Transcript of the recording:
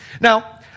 Now